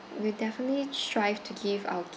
we definitely strive to give our